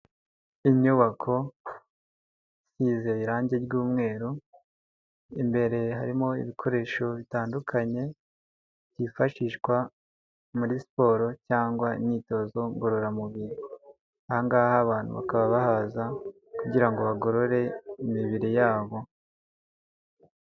Inyubako isize irangi ry'mweru, imbere harimo ibikoresho bitandukanye byifashishwa muri siporo cyangwa imyitozo ngororamubiri, aha ngaha abantu bakaba bahaza kugira ngo bagorore imibiri yabo.